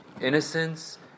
innocence